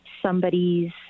somebody's